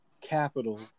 capital